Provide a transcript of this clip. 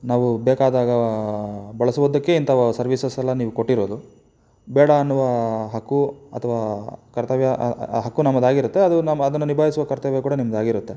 ನಾವು ಬೇಕಾದಾಗ ಬಳಸುವುದಕ್ಕೆ ಇಂಥ ಸರ್ವಿಸಸ್ಸೆಲ್ಲ ನೀವು ಕೊಟ್ಟಿರೋದು ಬೇಡ ಅನ್ನುವ ಹಕ್ಕು ಅಥವಾ ಕರ್ತವ್ಯ ಹಕ್ಕು ನಮ್ಮದಾಗಿರುತ್ತೆ ಅದು ನಮ್ಮ ಅದನ್ನು ನಿಭಾಯಿಸುವ ಕರ್ತವ್ಯ ಕೂಡ ನಿಮ್ದು ಆಗಿರುತ್ತೆ